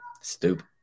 stupid